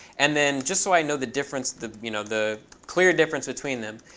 and then just so i know the difference, the you know the clear difference between them,